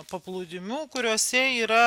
paplūdimių kuriuose yra